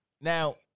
now